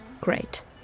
Great